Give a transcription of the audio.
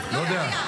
אני לא יודע.